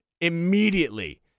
immediately